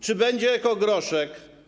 Czy będzie ekogroszek?